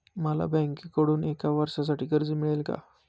मला बँकेकडून एका वर्षासाठी कर्ज मिळेल का?